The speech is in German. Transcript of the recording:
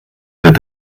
wird